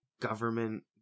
government